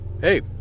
hey